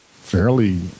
fairly